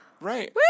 Right